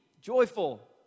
joyful